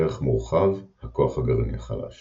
ערך מורחב – הכוח הגרעיני החלש